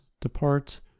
depart